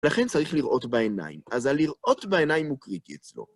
לכן צריך לראות בעיניים, אז על לראות בעיניים הוא קריטי אצלו.